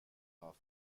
paar